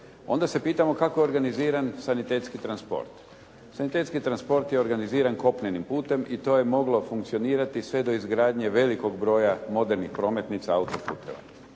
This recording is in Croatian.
onda se pitamo kako je organiziran sanitetski transport. Sanitetski transport je organiziran kopnenim putem i to je moglo funkcionirati sve do izgradnje velikog broja modernih prometnica autoputova.